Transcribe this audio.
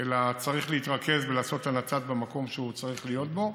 וצריך להתרכז ולעשות את הנת"צ במקום שהוא צריך להיות בו,